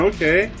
Okay